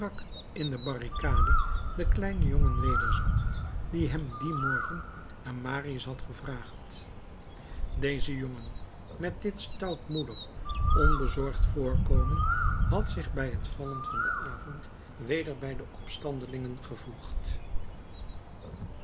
in de barricade den kleinen jongen wederzag die hem dien morgen naar marius had gevraagd deze jongen met dit stoutmoedig onbezorgd voorkomen had zich bij het vallen van den avond weder bij de opstandelingen gevoegd